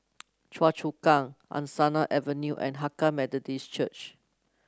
Choa Chu Kang Angsana Avenue and Hakka Methodist Church